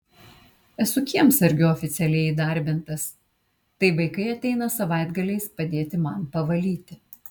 esu kiemsargiu oficialiai įdarbintas tai vaikai ateina savaitgaliais padėti man pavalyti